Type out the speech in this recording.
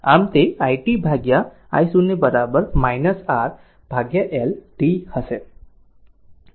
આમ તે i t I0 R L t હશે